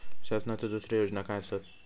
शासनाचो दुसरे योजना काय आसतत?